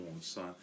son